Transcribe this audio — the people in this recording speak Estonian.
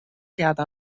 teada